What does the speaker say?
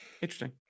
interesting